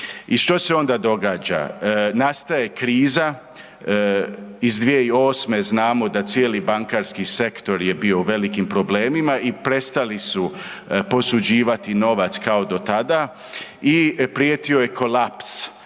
I što se onda događa? Nastaje kriza, iz 2008.g. znamo da cijeli bankarski sektor je bio u velikim problemima i prestali su posuđivati novac kao do tada i prijetio je kolaps